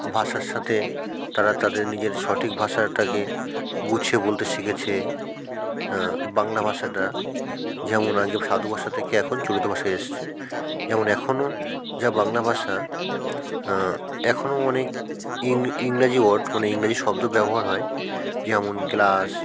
ভাষার সাথে তারা তাদের নিজের সঠিক ভাষাটাকে গুছিয়ে বলতে শিখেছে বাংলা ভাষাটা যেমন আগে সাধু ভাষা থেকে এখন চলিত ভাষায় এসছে যেমন এখনও যা বাংলা ভাষা এখনও অনেক ইংরাজি ওয়ার্ড মানে ইংরাজি শব্দ ব্যবহার হয় যেমন গ্লাস